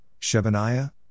Shebaniah